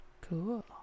Cool